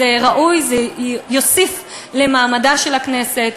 אז זה ראוי, זה יוסיף למעמדה של הכנסת,